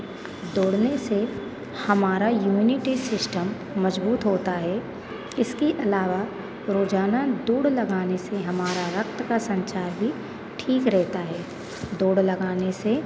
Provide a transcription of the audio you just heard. दौड़ने से हमारा यूनिटी सिस्टम मज़बूत होता है इसकी अलावा रोज़ाना दोड़ लगाने से हमारा रक्त का संचार भी ठीक रहता है दौड़ लगाने से